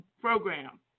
program